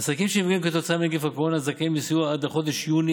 עסקים שנפגעים כתוצאה מנגיף הקורונה זכאים לסיוע עד לחודש יוני